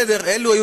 אלו היו,